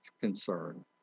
concern